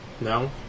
No